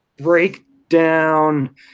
breakdown